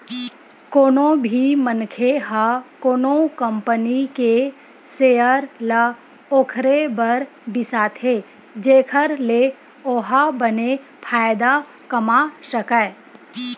कोनो भी मनखे ह कोनो कंपनी के सेयर ल ओखरे बर बिसाथे जेखर ले ओहा बने फायदा कमा सकय